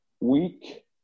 week